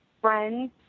friends